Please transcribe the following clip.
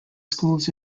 schools